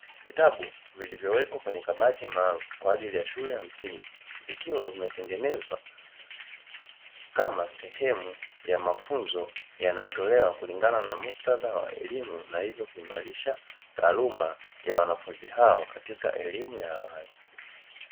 Vitabu vilivyowekwa kwenye kabati maalumu kwa ajili ya shule ya msingi, vikiwa vimetengenezwa kama sehemu ya mafunzo yanayotolewa kulingana na muktadha wa elimu na hivyo kuimarisha taaluma ya wanafunzi hao katika elimu ya awali.